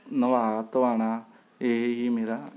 ਨਵਾ ਧੋਵਾਉਣਾ ਇਹ ਹੀ ਮੇਰਾ